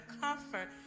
comfort